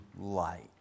light